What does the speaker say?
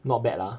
not bad lah